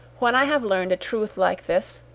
when i have learned a truth like this,